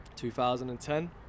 2010